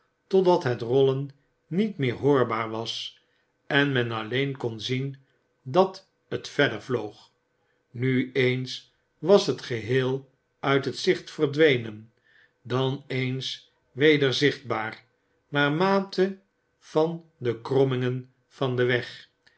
totdat het rollen niet meer hoorbaar was en men alleen kon zien dat het verder vloog nu eens was het geheel uit het gezicht verdwenen dan eens weder zichtbaar naarmate van de krommingen van den weg